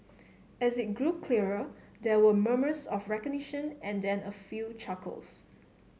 as it grew clearer there were murmurs of recognition and then a few chuckles